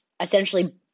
essentially